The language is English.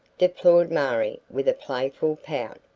deplored marie with a playful pout.